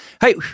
hey